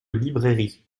librairie